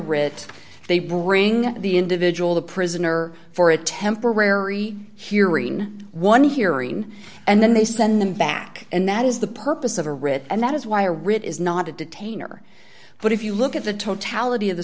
writ they bring the individual the prisoner for a temporary hearing one hearing and then they send them back and that is the purpose of a writ and that is why a writ is not to detain or but if you look at the totality of the